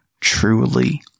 truly